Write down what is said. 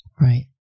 Right